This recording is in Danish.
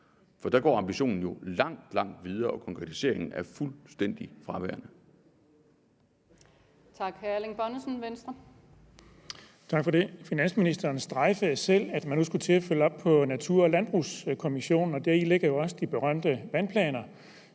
For der går ambitionen jo langt, langt videre, og konkretiseringen er fuldstændig fraværende.